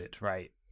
right